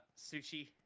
sushi